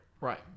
right